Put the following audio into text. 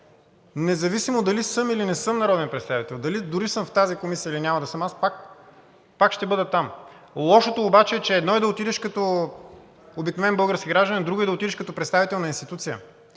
Независимо дали съм, или не съм народен представител, дали дори съм в тази комисия, или няма да съм, аз пак ще бъда там. Лошото обаче е, че едно е да отидеш като обикновен български гражданин, друго е да отидеш като представител на институция.